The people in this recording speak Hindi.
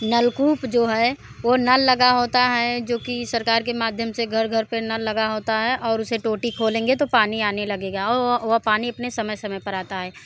नलकूप जो है वह नल लगा होता है जो कि सरकार के माध्यम से घर घर पर नल लगा होता है और उसे टोटी खोलेंगे तो पानी आने लगेगा और वह वह पानी अपने समय समय पर आता है